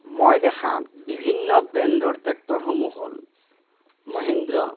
মই দেখা বিভিন্ন ব্ৰেণ্ডৰ ট্ৰেক্টৰসমূহ হ'ল মহিন্দ্ৰা